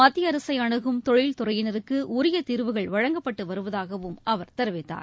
மத்திய அரசை அனுகும் தொழில் துறையினருக்கு உரிய தீர்வுகள் வழங்கப்பட்டு வருவதாகவும் அவர் தெரிவித்தார்